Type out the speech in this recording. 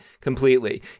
completely